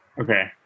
Okay